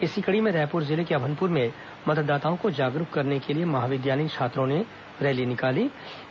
इसी कड़ी में रायपुर जिले के अभनपुर में मतदाताओं को जागरूक करने के लिए महाविद्यालयीन छात्रों द्वारा रैली निकाली गई